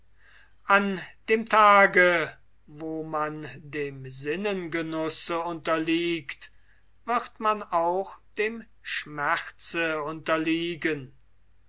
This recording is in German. an dem tage wo man dem sinnengenusse unterliegt wird man auch dem schmerze unterliegen